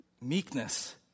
meekness